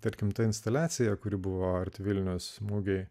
tarkim tą instaliaciją kuri buvo arti vilniaus smūgiai